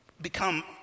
become